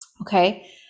okay